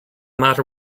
matter